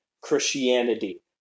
Christianity